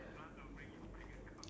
my bank account